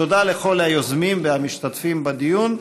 תודה לכל היוזמים והמשתתפים בדיון.